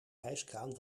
hijskraan